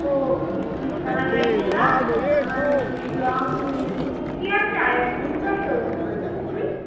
ও সেই পিঙ্ক কালারের একটা আমার লং কুর্তি আছে আর জিন্স আছে ওইটা পরে যাব তুই